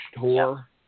tour